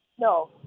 No